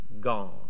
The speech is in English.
gone